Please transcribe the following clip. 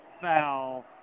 foul